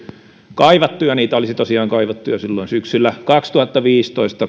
kaivattu ja niitä olisi tosiaan kaivattu jo silloin syksyllä kaksituhattaviisitoista